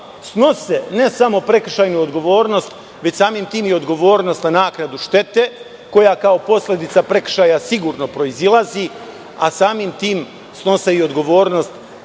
snose ne samo prekršajnu odgovornost, već samim tim i odgovornost na naknadu štete, koja kao posledica prekršaja sigurno proizilazi, a samim tim snose i odgovornost